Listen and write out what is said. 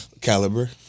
Caliber